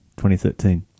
2013